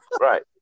Right